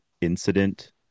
incident